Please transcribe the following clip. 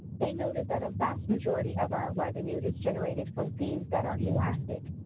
they noted that a vast majority of our revenue is generated from fees that are elastic.